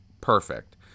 perfect